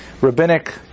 rabbinic